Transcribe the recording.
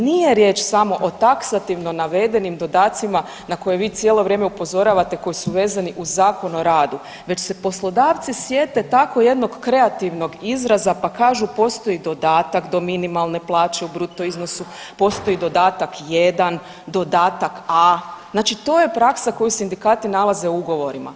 Nije riječ samo o taksativno navedenim dodacima na koje vi cijelo vrijeme upozoravate koji su vezani uz Zakon o radu, već se poslodavci sjete tako jednog kreativnog izraza, pa kažu postoji dodatak do minimalne plaće u bruto iznosu, postoji dodatak 1, dodatak A, znači to je praksa koju sindikati nalaze u ugovorima.